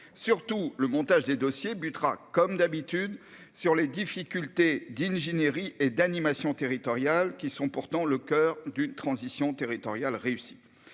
Surtout, le montage des dossiers butera, comme d'habitude, sur les difficultés d'ingénierie et d'animation territoriale, qui sont pourtant le coeur d'une transition territoriale réussie.